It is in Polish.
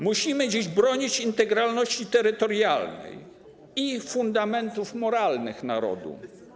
Musimy dziś bronić integralności terytorialnej i fundamentów moralnych narodu.